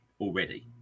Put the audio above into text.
Already